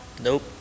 Nope